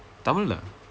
tamil ah